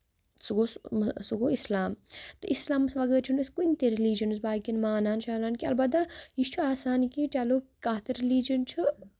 سُہ گوٚو سُہ گوٚو اِسلام تہٕ اِسلامَس بغٲر چھُ نہٕ اَسہِ کُنہِ تہِ ریٚلِجنس باقین ماننان چھُ حالانٛکہِ اَلبتہ یہِ چھُ آسان چلو کَتھ ریٚلِجن چھُ